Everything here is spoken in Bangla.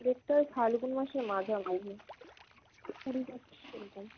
ডেটটা ওই ফাল্গুন মাসের মাঝামাঝি কুড়ি ষোলো